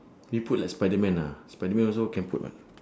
we put like spiderman ah spiderman also can put [what]